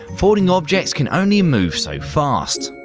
falling objects can only move so fast.